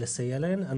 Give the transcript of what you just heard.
לסייע להן.